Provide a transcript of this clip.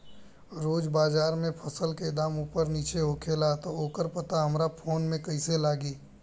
रोज़ बाज़ार मे फसल के दाम ऊपर नीचे होखेला त ओकर पता हमरा फोन मे कैसे लागी?